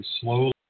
slowly